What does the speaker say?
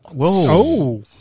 Whoa